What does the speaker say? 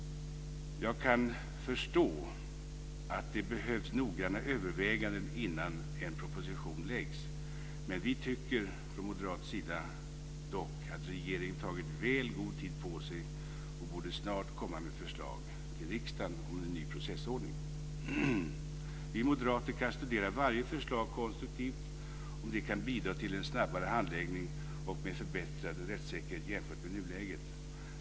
Jag kan förstå att det behövs noggranna överväganden innan en proposition läggs fram. Vi tycker från moderat sida dock att regeringen har tagit väl god tid på sig och snart borde komma med förslag till riksdagen om en ny processordning. Vi moderater kan studera varje förslag konstruktivt om det kan bidra till en snabbare handläggning med förbättrad rättssäkerhet jämfört med nuläget.